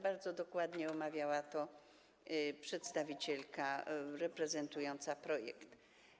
Bardzo dokładnie omawiała to przedstawicielka prezentująca projekt.